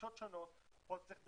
ודרישות שונות, פה צריך דרכון,